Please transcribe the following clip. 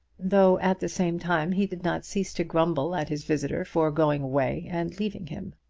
though at the same time he did not cease to grumble at his visitor for going away and leaving him.